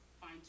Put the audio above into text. fine